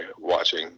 watching